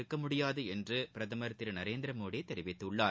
இருக்க முடியாது என்று பிரதமர் திரு நரேந்திரமோடி தெரிவித்துள்ளார்